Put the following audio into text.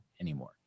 anymore